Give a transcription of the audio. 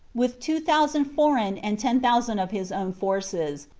with two thousand foreign and ten thousand of his own forces,